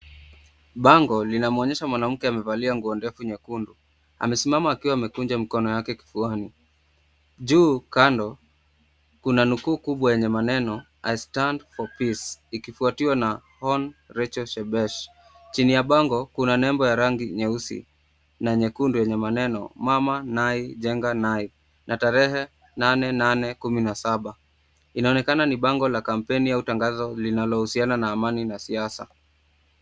Bango linamwonyesha mwanamke amevalia nguo ndefu nyekundu. Amesimama akiwa amekunja mikono yake kifuani. Juu kando, kuna nukuu kubwa yenye maneno I stand for peace ikifuatiwa na Hon. Rachel Shebesh . Chini ya bango kuna nembo ya rangi nyeusi na nyekundu yenye maneno, mama Nai jenga Nai na tarehe nane, nane, kumi na saba. Inaonekana ni bango la kampeni au tangazo linalohusiana na amani na siasa.